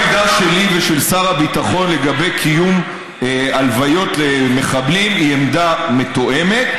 העמדה שלי ושל שר הביטחון לגבי קיום הלוויות למחבלים היא עמדה מתואמת,